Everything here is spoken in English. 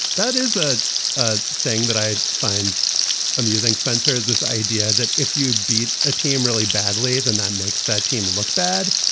that is ah a thing that i find amusing. spencer, is this idea that if you beat a team really badly, then that makes that team look bad.